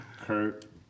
Kurt